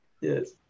Yes